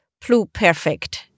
pluperfect